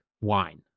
wine